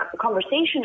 conversation